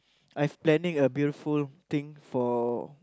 I've planning a beautiful thing for